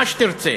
מה שתרצה.